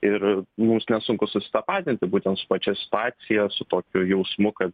ir mums nesunku susitapatinti būtent su pačia situacija su tokiu jausmu kad